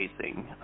facing